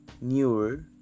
newer